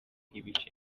ibice